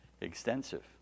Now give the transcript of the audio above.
extensive